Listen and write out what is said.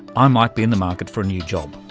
ah might be in the market for a new job.